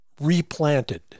replanted